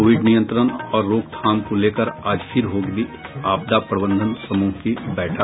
Covid नियंत्रण और रोकथाम को लेकर आज फिर होगी आपदा प्रबंधन समूह की बैठक